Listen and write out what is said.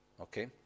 Okay